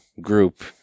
group